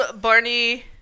Barney